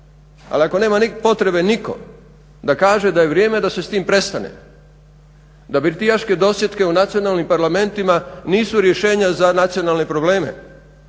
Ali ako nema potrebe niko da kaže da je vrijeme da se s tim prestane, da birtijaške dosjetke u nacionalnim parlamentima nisu rješenja za nacionalne probleme,